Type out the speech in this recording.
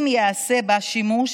אם ייעשה בה שימוש,